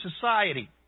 society